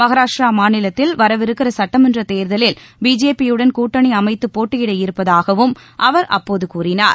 மகாராஷ்டிரா மாநிலத்தில் வரவிருக்கிற சுட்டமன்ற தேர்தலில் பிஜேபியுடன் கூட்டணி அமைத்து போட்டியிட இருப்பதாகவும் அவர் அப்போது கூறினார்